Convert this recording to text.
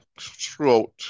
throughout